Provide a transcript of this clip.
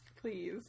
please